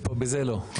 ברכב כן, בזה לא.